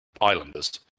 islanders